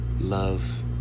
Love